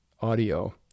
audio